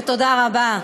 ותודה רבה,